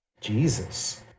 Jesus